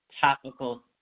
topical